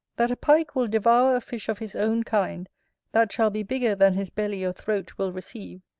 that a pike will devour a fish of his own kind that shall be bigger than his belly or throat will receive,